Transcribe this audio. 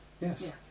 Yes